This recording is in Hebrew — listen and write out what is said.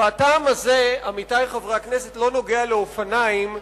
והטעם הזה לא נוגע לאופניים,